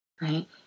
right